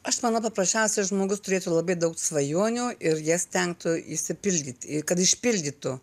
aš manau paprasčiausia žmogus turėtų labai daug svajonių ir jas stengtų išsipildyti kad išpildytų